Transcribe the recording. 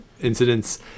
incidents